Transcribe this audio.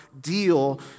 deal